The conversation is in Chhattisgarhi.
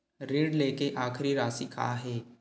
ऋण लेके आखिरी राशि का हे?